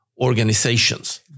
organizations